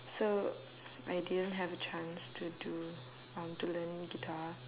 so I didn't have a chance to do um to learn guitar